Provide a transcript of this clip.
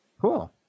Cool